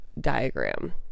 diagram